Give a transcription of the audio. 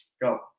Go